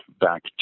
back